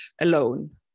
alone